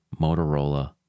motorola